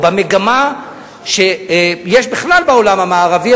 או במגמה שיש בכלל בעולם המערבי,